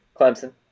Clemson